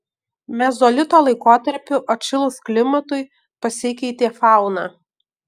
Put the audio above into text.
mezolito laikotarpiu atšilus klimatui pasikeitė fauna